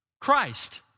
Christ